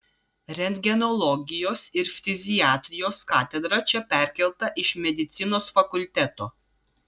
rentgenologijos ir ftiziatrijos katedra čia perkelta iš medicinos fakulteto